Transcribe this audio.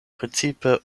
precipe